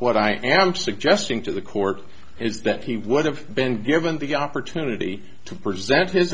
what i am suggesting to the court is that he would have been given the opportunity to present his